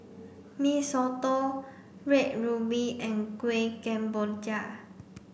Mee Soto Red Ruby and Kueh Kemboja